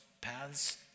paths